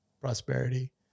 prosperity